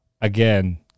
again